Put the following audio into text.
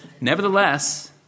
Nevertheless